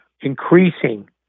increasing